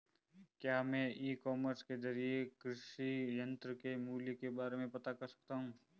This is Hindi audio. क्या मैं ई कॉमर्स के ज़रिए कृषि यंत्र के मूल्य के बारे में पता कर सकता हूँ?